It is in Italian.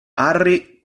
harry